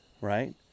right